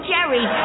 Jerry